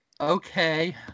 okay